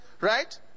right